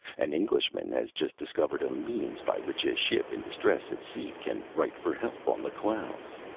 an englishman has just discovered a means by which a ship in distress at sea can write for help on the clouds.